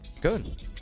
Good